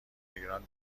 ایران